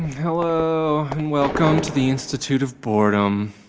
hello, and welcome to the institute of boredom.